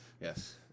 Yes